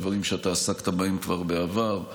דברים שאתה עסקת בהם כבר בעבר,